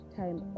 time